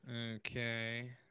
Okay